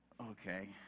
okay